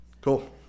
Cool